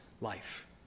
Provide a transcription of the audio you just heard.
life